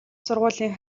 сургуулийн